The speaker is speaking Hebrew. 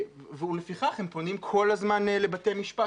ולפיכך הם פונים כל הזמן לבתי משפט